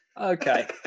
Okay